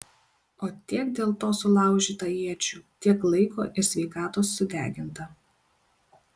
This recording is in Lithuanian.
o tiek dėl to sulaužyta iečių tiek laiko ir sveikatos sudeginta